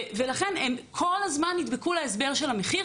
לכן הם כל הזמן נדבקו להסבר של המחיר,